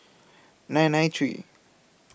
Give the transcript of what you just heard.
nine nine three